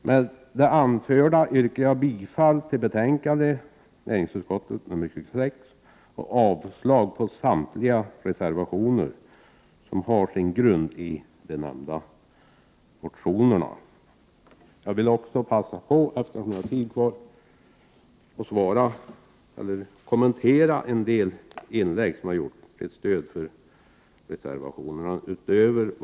Med det anförda yrkar jag bifall till utskottets hemställan och avslag på samtliga reservationer som har sin grund i de nämnda motionerna. Jag vill också passa på att kommentera några av inläggen till stöd för reservationerna.